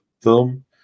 film